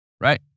Right